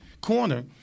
corner